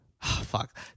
Fuck